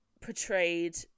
portrayed